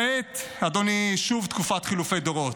כעת, אדוני, שוב תקופת חילופי דורות.